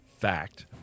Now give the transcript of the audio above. fact